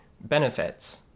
benefits